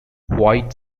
white